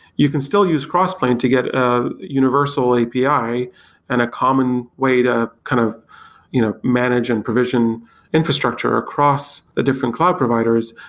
you can still use crossplane to get a universal api and a common way to kind of you know manage and provision infrastructure across ah different cloud providers,